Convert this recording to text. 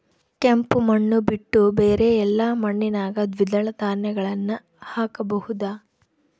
ಕೆಂಪು ಮಣ್ಣು ಬಿಟ್ಟು ಬೇರೆ ಎಲ್ಲಾ ಮಣ್ಣಿನಾಗ ದ್ವಿದಳ ಧಾನ್ಯಗಳನ್ನ ಹಾಕಬಹುದಾ?